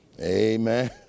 Amen